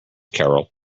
carol